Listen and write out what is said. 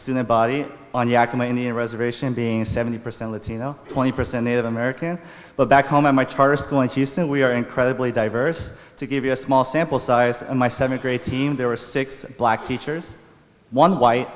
student body on the akamai in the a reservation being seventy percent latino twenty percent native american but back home in my charter school in houston we are incredibly diverse to give you a small sample size of my seventh grade team there were six black teachers one white